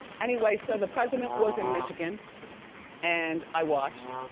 anyway, so the president was in michigan and i watched.